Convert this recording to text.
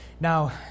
Now